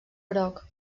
groc